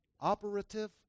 operative